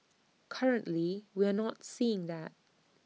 currently we are not seeing that